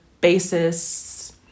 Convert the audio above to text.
basis